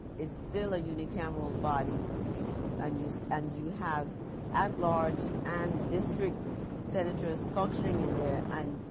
it's still a uni cameral body? yes. and you so and you have at-large and district senators functioning in there. and